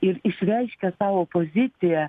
ir išreiškia savo poziciją